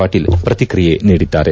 ಪಾಟೀಲ್ ಪ್ರತಿಕ್ರಿಯೆ ನೀಡಿದ್ದಾರೆ